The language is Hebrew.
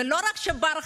ולא רק שברחה,